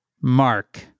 mark